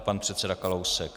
Pan předseda Kalousek.